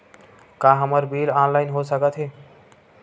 का हमर bill online हो सकत हे?